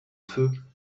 feu